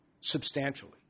substantially